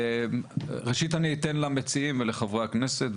ראשית אני אתן למציעים ולחברי הכנסת לדבר.